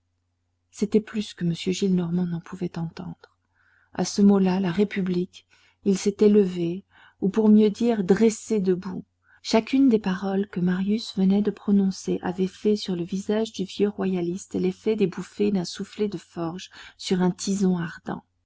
c'était plus que m gillenormand n'en pouvait entendre à ce mot la république il s'était levé ou pour mieux dire dressé debout chacune des paroles que marius venait de prononcer avait fait sur le visage du vieux royaliste l'effet des bouffées d'un soufflet de forge sur un tison ardent